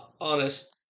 honest